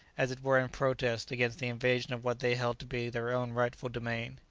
as it were in protest against the invasion of what they held to be their own rightful domain.